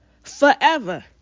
forever